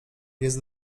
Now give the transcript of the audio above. jest